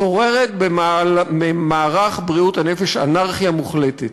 שוררת במערך בריאות הנפש אנרכיה מוחלטת.